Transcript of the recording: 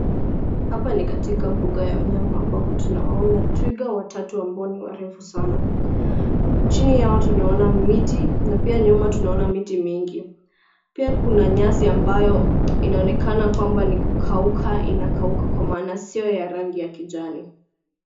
Hapa ni katika mbuga ya wanyama ambapo tunawaona twiga watatu ambao ni warefu sana. Chini yao tunaona miti na pia nyuma tunaona miti mingi. Pia kuna nyasi ambayo inaonekana kwamba ni kukauka inakauka kwa maana sio ya rangi ya kijani.